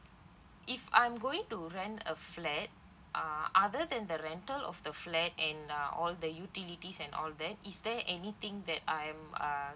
if I'm going to rent a flat uh other than the rental of the flat and uh all the utilities and all that is there anything that I am uh